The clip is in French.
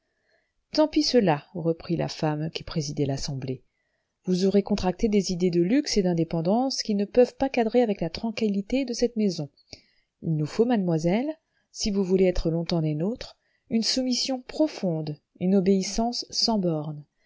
tant pis cela reprit la femme qui présidait l'assemblée vous aurez contracté des idées de luxe et d'indépendance qui ne peuvent pas cadrer avec la tranquillité de cette maison il nous faut mademoiselle si vous voulez être longtemps des nôtres une soumission profonde une obéissance sans bornes